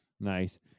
Nice